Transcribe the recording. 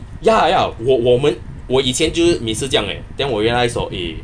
ya ya 我我们我以前就是每次这样的 eh then 我 realise hor eh